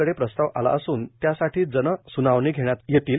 कडे प्रस्ताव आला असून त्यासाठी जनस्नावण्या घेण्यात येतील